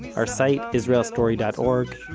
our site israelstory dot org,